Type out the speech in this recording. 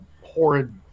horrid